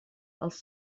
els